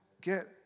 get